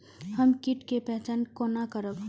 हम कीट के पहचान कोना करब?